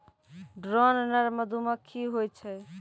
drone नर मधुमक्खी होय छै